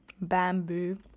bamboo